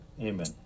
Amen